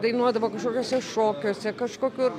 dainuodavo kažkokiuose šokiuose kažkokiu